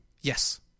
Yes